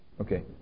Okay